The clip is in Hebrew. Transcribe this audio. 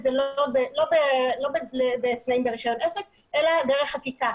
זה לא בתנאים ברישיון עסק אלא דרך חקיקה.